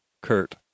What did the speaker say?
Kurt